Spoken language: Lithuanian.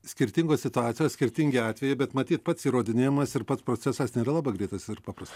skirtingos situacijos skirtingi atvejai bet matyt pats įrodinėjimas ir pats procesas nėra labai greitas ir paprasta